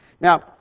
Now